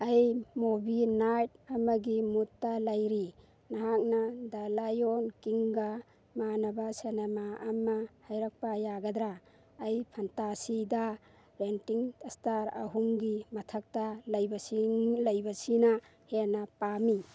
ꯑꯩ movie night ꯑꯃꯒꯤ ꯃꯨꯠꯇ ꯂꯩꯔꯤ ꯅꯍꯥꯛꯅ ꯗ ꯂꯥꯏꯑꯣꯟ ꯀꯤꯡꯒ ꯃꯥꯟꯅꯕ ꯁꯤꯅꯦꯃꯥ ꯑꯃ ꯍꯥꯏꯔꯛꯄ ꯌꯥꯒꯗ꯭ꯔ ꯑꯩ ꯐꯟꯇꯥꯁꯤꯗ ꯔꯦꯇꯤꯡ ꯏꯁꯇꯥꯔ ꯑꯍꯨꯝꯒꯤ ꯃꯊꯛꯇ ꯂꯩꯕꯁꯤꯡꯅ ꯍꯦꯟꯅ ꯄꯥꯝꯃꯤ